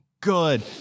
good